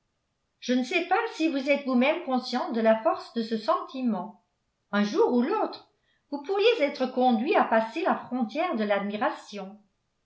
je ne sais pas si vous êtes vous-même conscient de la force de ce sentiment un jour ou l'autre vous pourriez être conduit à passer la frontière de l'admiration